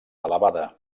elevada